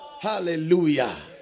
Hallelujah